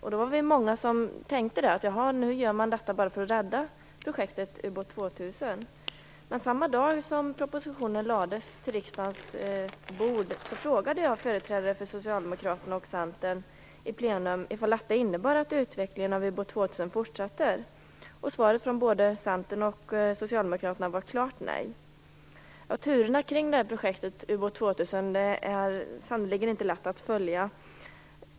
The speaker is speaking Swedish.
Vi var då många som tänkte att detta gjordes för att man skulle rädda projektet ubåt 2000. Men samma dag som propositionen lades fram på riksdagens bord frågade jag i kammaren företrädare för socialdemokraterna och Centern om detta innebar att utvecklingen av ubåt 2000 skulle fortsätta. Svaret från både Centern och socialdemokraterna var ett klart nej. Turerna kring projektet ubåt 2000 är sannerligen inte lätta att följa.